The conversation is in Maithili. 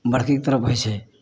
बड़कीके तरफ होइ छै